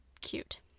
cute